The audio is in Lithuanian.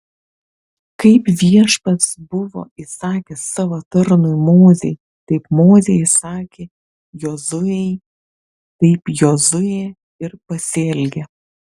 kaip viešpats buvo įsakęs savo tarnui mozei taip mozė įsakė jozuei taip jozuė ir pasielgė